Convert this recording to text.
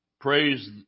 Praise